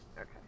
Okay